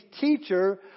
teacher